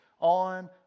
on